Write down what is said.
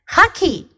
Hockey